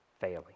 failing